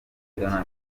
donald